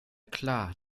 klar